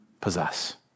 possess